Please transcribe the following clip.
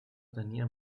tenia